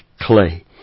clay